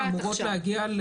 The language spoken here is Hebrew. אמורות להגיע,